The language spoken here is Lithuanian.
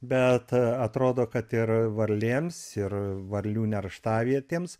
bet atrodo kad ir varlėms ir varlių nerštavietėms